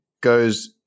goes